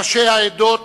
ראשי העדות